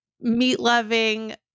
meat-loving